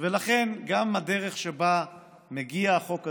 ולכן גם הדרך שבה מגיע החוק הזה,